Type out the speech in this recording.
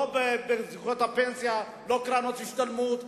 ולא זכויות פנסיה ולא קרנות השתלמות.